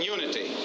Unity